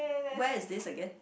where is this again